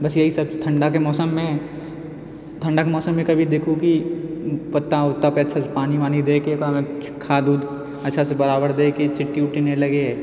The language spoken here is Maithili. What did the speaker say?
बस यही सब ठण्डाके मौसममे ठण्डाके मौसममे कभी देखहु की पत्ता वत्ता पर अच्छासँ पानि वानि दै के ओकरामे खाद उद अच्छासँ बराबर दै के चीटी उटी नहि लगै